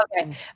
Okay